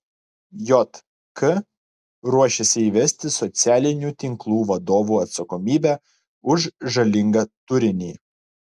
jk ruošiasi įvesti socialinių tinklų vadovų atsakomybę už žalingą turinį